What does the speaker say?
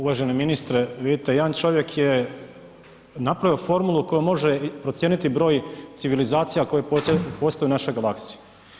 Uvaženi ministre, vidite jedan čovjek je napravio formulu kojom može procijeniti broj civilizacija koje postoje u našoj galaksiji.